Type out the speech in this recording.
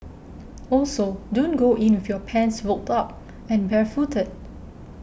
also don't go in with your pants rolled up and barefooted